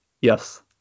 Yes